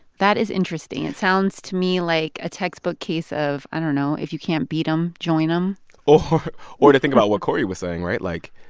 that is interesting. it sounds to me like a textbook case of i don't know if you can't beat them, join um them or to think about what corey was saying, right? like,